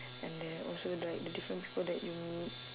and then also like the different people that you meet